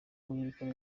guhirika